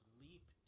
leap